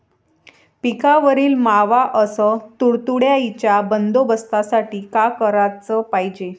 पिकावरील मावा अस तुडतुड्याइच्या बंदोबस्तासाठी का कराच पायजे?